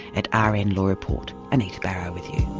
at um rnlawreport. anita barraud with you.